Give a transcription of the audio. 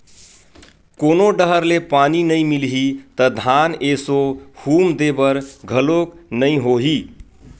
कोनो डहर ले पानी नइ मिलही त धान एसो हुम दे बर घलोक नइ होही